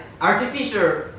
artificial